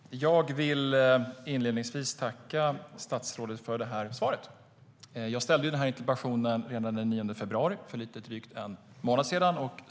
Herr talman! Jag vill inledningsvis tacka statsrådet för svaret. Jag ställde den här interpellationen redan den 9 februari, alltså för lite drygt en månad sedan.